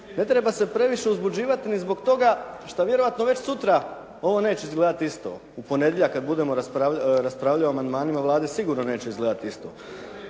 Ne treba se previše uzbuđivati ni zbog toga što vjerojatno već sutra ovo neće izgledati isto. U ponedjeljak kad budemo raspravljali o amandmanima Vlade sigurno neće izgledati isto.